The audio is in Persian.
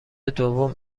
دوم